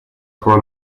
pro